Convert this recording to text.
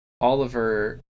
Oliver